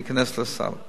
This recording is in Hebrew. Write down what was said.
ייכנס לסל.